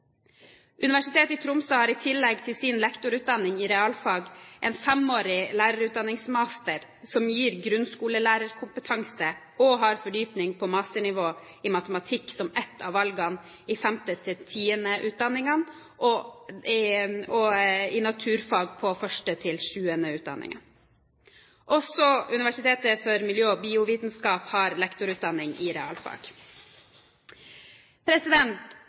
Universitetet i Tromsø har i tillegg til sin lektorutdanning i realfag en femårig lærerutdanningsmaster som gir grunnskolelærerkompetanse, og har fordypning på masternivå i matematikk som ett av valgene i 5–10-utdanningene, og i naturfag på 1–7-utdanningen. Også Universitetet for miljø- og biovitenskap har lektorutdanning i realfag.